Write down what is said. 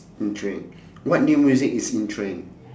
in trend what new music is in trend